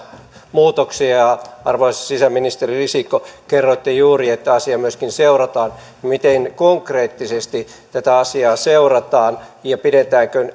muutoksia arvoisa sisäministeri risikko kerroitte juuri että asiaa myöskin seurataan miten konkreettisesti tätä asiaa seurataan ja pidetäänkö